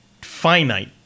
finite